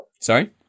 Sorry